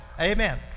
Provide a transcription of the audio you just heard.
Amen